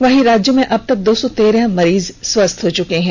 वहीं राज्य में अबतक दो सौ तेरह मरीज स्वस्थ हो चुके हैं